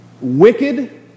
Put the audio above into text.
wicked